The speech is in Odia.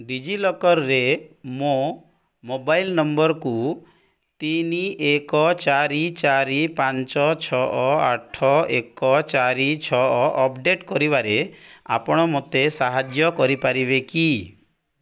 ଡି ଜି ଲକର୍ରେ ମୋ ମୋବାଇଲ୍ ନମ୍ବର୍କୁ ତିନ ଏକ ଚାରି ଚାରି ପାଞ୍ଚ ଛଅ ଆଠ ଏକ ଚାରି ଛଅ ଅପଡ଼େଟ୍ କରିବାରେ ଆପଣ ମୋତେ ସାହାଯ୍ୟ କରିପାରିବେ କି